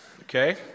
okay